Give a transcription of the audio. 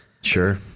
sure